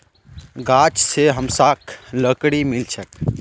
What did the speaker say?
गाछ स हमसाक लकड़ी मिल छेक